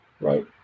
right